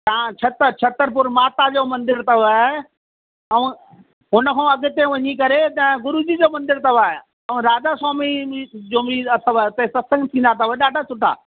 हा छत छतरपुर माता जो मंदिर अथव ऐं हुन खां अॻिते वञी करे त गुरू जी जो मंदिर अथव ऐं राधा स्वामी जो बि अथव हुते सत्संग थींदा अथव ॾाढा सुठा